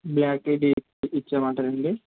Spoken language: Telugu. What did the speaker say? బ్లాక్ ఇది ఇచ్చేయమంటారా అండి